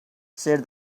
said